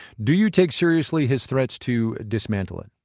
do you take seriously his threats to dismantle it?